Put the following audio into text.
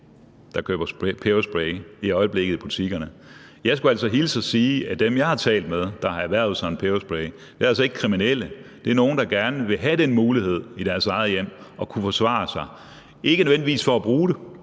der køber peberspray i butikkerne i øjeblikket. Jeg skulle altså hilse og sige, at dem, jeg har talt med, og som har erhvervet sig en peberspray, altså ikke er kriminelle. Det er nogle, der gerne vil have den mulighed i deres eget hjem, altså at kunne forsvare sig. Det er ikke nødvendigvis for at bruge det,